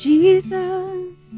Jesus